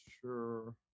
sure